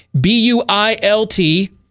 B-U-I-L-T